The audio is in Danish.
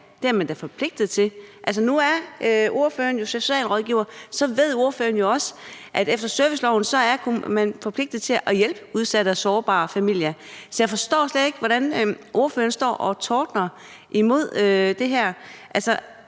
det er man da forpligtet til. Nu er ordføreren jo socialrådgiver, og så ved ordføreren jo også, at efter serviceloven er man forpligtet til at hjælpe udsatte og sårbare familier. Så jeg forstår slet ikke, hvordan ordføreren kan stå og tordne imod det her.